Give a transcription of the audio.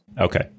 Okay